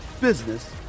business